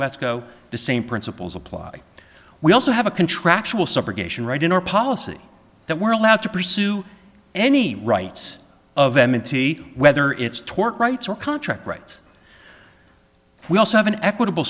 wesco the same principles apply we also have a contractual subrogation right in our policy that we're allowed to pursue any rights of m n c whether it's torque rights or contract rights we also have an equitable